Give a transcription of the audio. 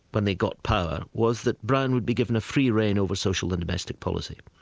when they got power, was that brown would be given a free rein over social and domestic policy,